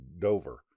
Dover